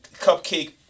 cupcake